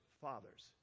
fathers